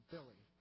Billy